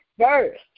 first